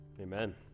Amen